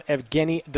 Evgeny